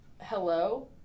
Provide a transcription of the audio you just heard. hello